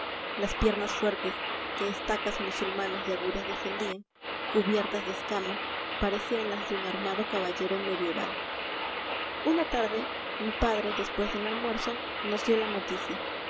las piernas fuertes que estacas musulmanas y agudas defendían cubiertas de escamas parecían las de un armado caballero medioeval una tarde mi padre después del almuerzo nos dio la noticia